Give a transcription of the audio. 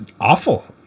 awful